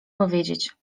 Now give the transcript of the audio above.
powiedzieć